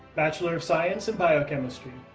bachelor of science in biochemistry.